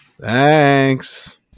Thanks